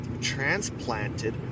transplanted